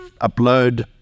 upload